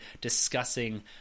discussing